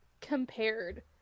compared